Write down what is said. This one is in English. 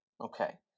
Okay